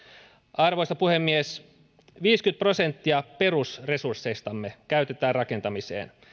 arvoisa puhemies viisikymmentä prosenttia perusresursseistamme käytetään rakentamiseen